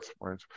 right